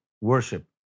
worship